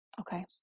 Okay